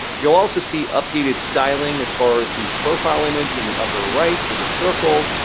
you'll also see updated styling as far as the profile image in the upper right with the circle.